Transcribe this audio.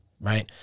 right